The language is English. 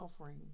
offering